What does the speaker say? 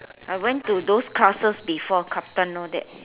I went to those classes before kaplan all that